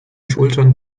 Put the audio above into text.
schultern